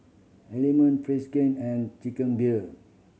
Element Friskie and Chicken Beer